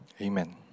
Amen